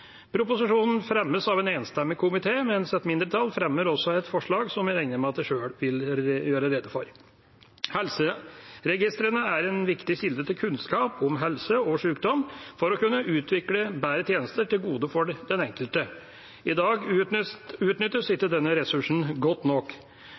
Proposisjonen fremmes av en enstemmig komité, mens et mindretall fremmer et forslag som jeg regner med de sjøl vil gjøre rede for. Helseregistrene er en viktig kilde til kunnskap om helse og sykdom for å kunne utvikle bedre tjenester til gode for den enkelte. I dag utnyttes